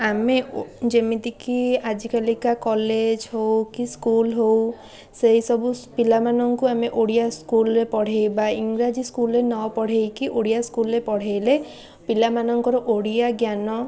ଆମେ ଓ ଯେମିତିକି ଆଜିକାଲିକା କଲେଜ୍ ହେଉ କି ସ୍କୁଲ୍ ହେଉ ସେଇ ସବୁ ପିଲାମାନଙ୍କୁ ଆମେ ଓଡ଼ିଆ ସ୍କୁଲ୍ରେ ପଢ଼େଇବା ଇଂରାଜୀ ସ୍କୁଲ୍ରେ ନପଢ଼େଇକି ଓଡ଼ିଆ ସ୍କୁଲ୍ରେ ପଢ଼େଇଲେ ପିଲାମାନଙ୍କର ଓଡ଼ିଆ ଜ୍ଞାନ